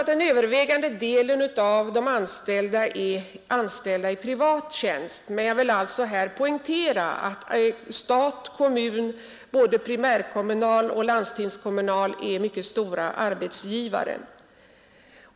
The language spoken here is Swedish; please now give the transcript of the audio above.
Den övervägande delen är naturligtvis anställda i privat tjänst, men jag vill alltså här poängtera att stat och kommun — både primärkommun och landstingskommun — är mycket stora arbetsgivare.